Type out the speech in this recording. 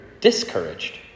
discouraged